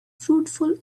fruitful